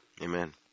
Amen